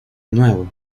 nuevo